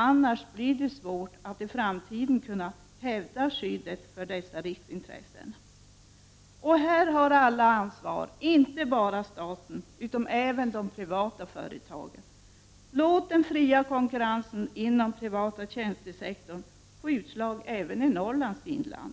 I annat fall blir det svårt att i framtiden kunna hävda skyddet för dessa riksintressen. Här har alla ett ansvar — inte bara staten, utan även de privata företagen. Låt den fria konkurrensen inom den privata tjänstesektorn få utslag även i Norrlands inland,